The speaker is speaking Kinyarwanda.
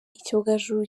icyogajuru